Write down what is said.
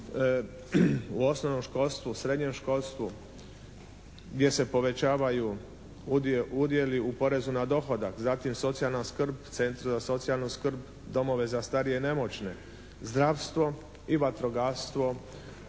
u osnovnom školstvu, srednjem školstvu gdje se povećavaju udjeli u porezu na dohodak. Zatim socijalna skrb Centru za socijalnu skrb, domove za starije i nemoćne. Zdravstvo i vatrogastvo